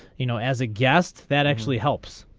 you know as aghast that actually helps.